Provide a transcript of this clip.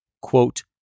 quote